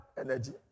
energy